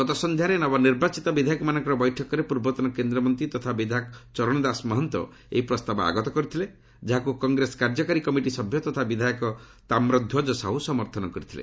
ଗତ ସନ୍ଧ୍ୟାରେ ନବନିର୍ବାଚିତ ବିଧାୟକମାନଙ୍କର ବୈଠକରେ ପୂର୍ବତନ କେନ୍ଦ୍ରମନ୍ତ୍ରୀ ତଥା ବିଧାୟକ ଚରଣଦାସ ମହନ୍ତ ଏହି ପ୍ରସ୍ତାବ ଆଗତ କରିଥିଲେ ଯାହାକୁ କଂଗ୍ରେସ କାର୍ଯ୍ୟକାରୀ କମିଟି ସଭ୍ୟ ତଥା ବିଧାୟକ ତାମ୍ରଧ୍ୱଜ ସାହୁ ସମର୍ଥନ କରିଥିଲେ